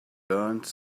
learned